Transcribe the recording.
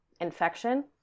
infection